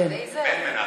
בן מנחם.